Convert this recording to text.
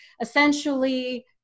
essentially